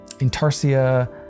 intarsia